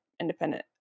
independent